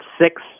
six